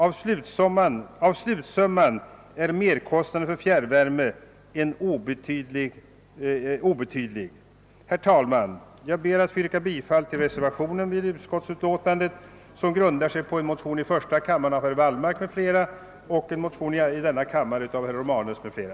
I den slutsumman är merkostnaden för fjärrvärme obetydlig. Herr talman! Jag ber att få yrka bifall till den reservation som fogats till utlåtandet och som grundar sig på de likalydande motionerna I:1117 och II: 1311, väckta i första kammaren av herr Wallmark m.fl. och i andra kammaren av herr Romanus m.fl.